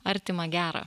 artima gera